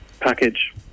package